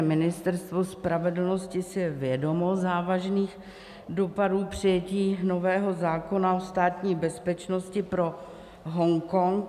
Ministerstvo spravedlnosti si je vědomo závažných dopadů přijetí nového zákona o státní bezpečnosti pro Hongkong.